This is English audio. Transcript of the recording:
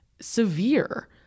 severe